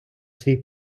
свій